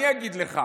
אני אגיד לך